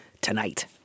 tonight